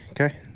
okay